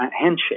handshake